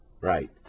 Right